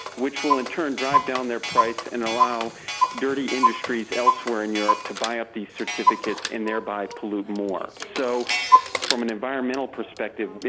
which will in turn drive down their price and allow dirty industries elsewhere in europe to buy up these certificates and thereby pollute more. so from an environmental perspective,